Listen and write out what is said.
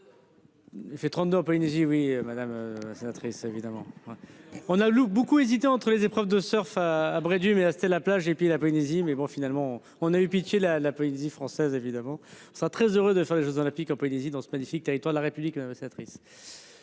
Il fait 32 en Polynésie. Oui madame la sénatrice, évidemment. On a lu beaucoup hésité entre les épreuves de Surf à à Bray-Dunes mais c'était la plage et puis la Polynésie mais bon finalement on a eu pitié la la Polynésie française évidemment sera très heureux de faire les Jeux olympiques en Polynésie dans ce magnifique territoire de la République. C'est triste.